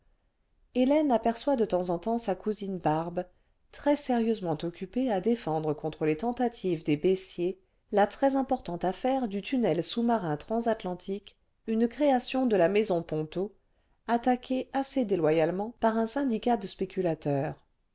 hélène aperçoit de temps en temps sa cousine barbe très sérieusement occupée à défendre contre les tentatives des baissiers la très importante affaire du tunnel sous-marin transatlantique une création de la maison ponto attaquée assez déloyalement par un syndicat de spéculateurs